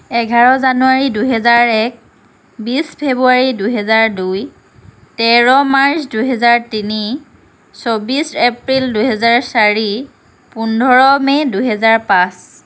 এঘাৰ জানুৱাৰী দুহেজাৰ এক বিছ ফেব্ৰুৱাৰী দুহেজাৰ দুই তেৰ মাৰ্চ দুহেজাৰ তিনি চৌবিছ এপ্ৰিল দুহেজাৰ চাৰি পোন্ধৰ মে' দুহেজাৰ পাঁচ